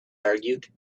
argued